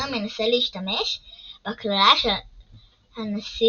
הארי מנסה להשתמש בקללה של הנסיך